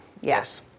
Yes